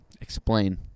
Explain